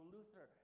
Luther